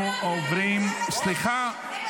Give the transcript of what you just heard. אנחנו עוברים ------ סליחה,